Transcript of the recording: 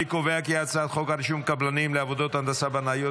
אני קובע כי חוק רישום קבלנים לעבודות הנדסה בנאיות,